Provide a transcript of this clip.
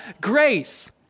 grace